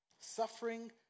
suffering